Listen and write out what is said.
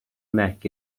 neck